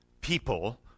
people